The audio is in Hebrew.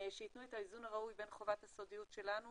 שייתנו את האיזון הראוי בין חובת הסודיות שלנו